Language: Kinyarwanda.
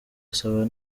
asabana